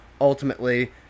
ultimately